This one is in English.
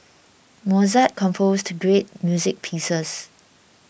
Mozart composed great music pieces